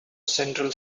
central